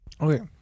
Okay